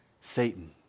Satan